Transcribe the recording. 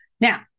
Now